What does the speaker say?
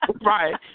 Right